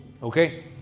Okay